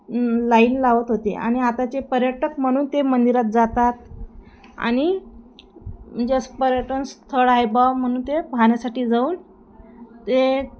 line लावत होते आणि आताचे पर्यटक म्हणून ते मंदिरात जातात आणि म्हणजे पर्यटन स्थळ आहे बा म्हणून ते पाहण्यासाठी जाऊन ते